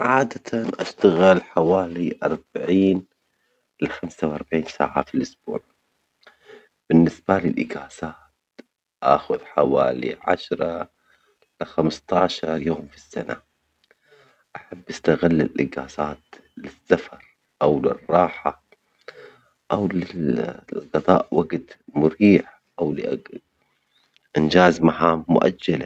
عادة أشتغل حوالي أربعين لخمسة وأربعين ساعة في الأسبوع، بالنسبة لي الإجازة آخذ حوالي عشرة إلى خمستاشر يوم في السنة أحب أستغل الإجازات للسفر أو للراحة أو لل- لقضاء وقت مريح أو لأ- لإنجاز مهام مؤجلة.